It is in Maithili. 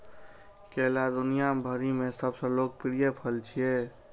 केला दुनिया भरि मे सबसं लोकप्रिय फल छियै